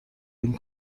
این